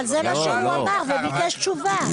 אבל זה מה שהוא אמר וביקש תשובה.